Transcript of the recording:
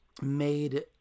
made